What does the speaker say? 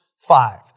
Five